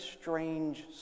strange